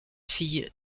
fille